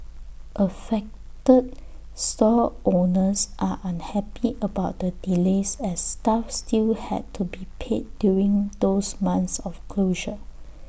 affected stall owners are unhappy about the delays as staff still had to be paid during those months of closure